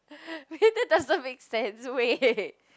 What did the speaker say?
that doesn't make sense wait